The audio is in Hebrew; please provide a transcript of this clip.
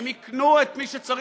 הן יקנו את מי שצריך,